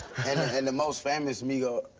and most famous migos.